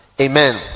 Amen